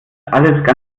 alles